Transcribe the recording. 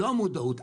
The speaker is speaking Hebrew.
לא המודעות,